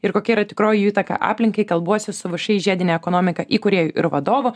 ir kokia yra tikroji įtaka aplinkai kalbuosi su všį į žiedinę ekonomiką įkūrėju ir vadovu